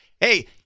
Hey